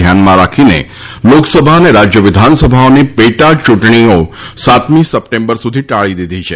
ધ્યાનમાં રાખીને લોકસભા અને રાજ્ય વિધાનસભાઓની પેટા ચૂંટણીઓ સાતમી સપ્ટેમ્બર સુધી ટાળી દીધી છે